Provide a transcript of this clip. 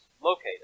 located